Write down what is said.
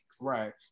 Right